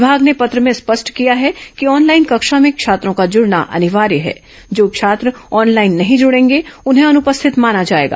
विभाग ने पत्र में स्पष्ट किया है कि ऑनलाइन कक्षा में छात्रो का जुड़ना अनिवार्य है जो छात्र ऑनलाइन नहीं जुड़ेंगे उन्हें अनुपस्थित माना जाएगा